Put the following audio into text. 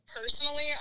personally